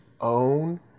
own